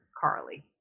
Carly